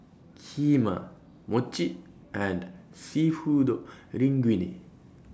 Kheema Mochi and Seafood Linguine